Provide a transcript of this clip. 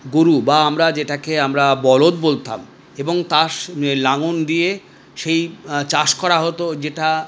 গরু বা আমরা যেটাকে আমরা বলদ বলতাম এবং তার শ লাঙল দিয়ে সেই চাষ করা হত যেটা